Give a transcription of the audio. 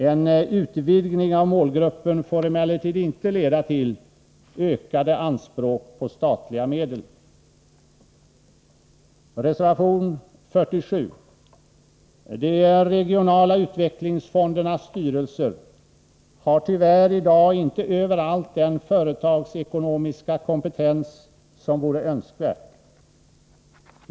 En utvidgning av målgruppen får emellertid inte leda till ökade anspråk på statliga medel. Reservation 47. De regionala utvecklingsfondernas styrelser har tyvärr i dag inte överallt den företagsekonomiska kompetens som vore önskvärt.